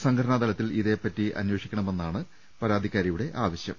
സംഘടനാതലത്തിൽ ഇതിനെപ്പറ്റി അന്വേ ഷിക്കണമെന്നാണ് പരാതിക്കാരിയുടെ ആവശ്യം